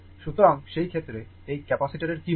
সুতরাং সেই ক্ষেত্রে এই ক্যাপাসিটারের কী হবে